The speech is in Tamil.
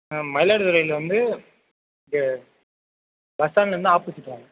ஆ மயிலாடுதுறையில் வந்து இங்கே பஸ் ஸ்டாண்ட்லேருந்து ஆபோஸிட் வாங்க